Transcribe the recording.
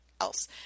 else